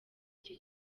iki